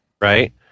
Right